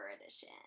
edition